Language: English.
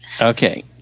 Okay